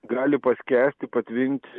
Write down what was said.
gali paskęsti patvinti